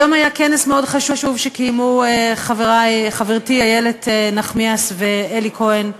היום היה כנס מאוד חשוב שקיימו חברתי איילת נחמיאס ואלי כהן,